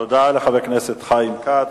תודה לחבר הכנסת חיים כץ.